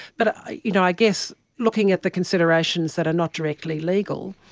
but i you know i guess looking at the considerations that are not directly legal,